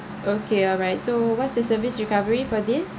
okay alright so what's the service recovery for this